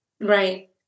Right